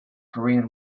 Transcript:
korean